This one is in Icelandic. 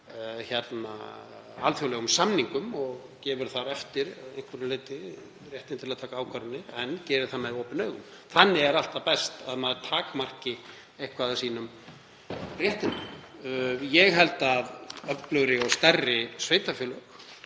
að alþjóðlegum samningum og gefið þar eftir að einhverju leyti réttinn til að taka ákvarðanir en gert það með opin augun. Þannig er alltaf best að maður takmarki eitthvað af sínum réttindum. Ég held að öflugri og stærri sveitarfélög